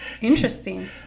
Interesting